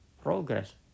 progress